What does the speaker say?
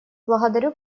благодарю